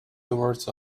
towards